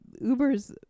Uber's